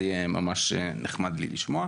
זה יהיה ממש נחמד לי לשמוע.